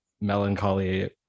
melancholy